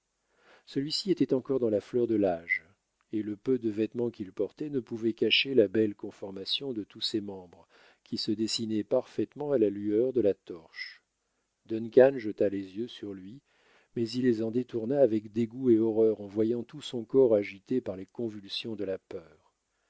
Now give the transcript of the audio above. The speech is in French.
celui-ci était encore dans la fleur de l'âge et le peu de vêtements qu'il portait ne pouvaient cacher la belle conformation de tous ses membres qui se dessinaient parfaitement à la lueur de la torche duncan jeta les yeux sur lui mais il les en détourna avec dégoût et horreur en voyant tout son corps agité par les convulsions de la peur